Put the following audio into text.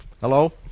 Hello